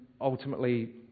ultimately